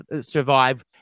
survive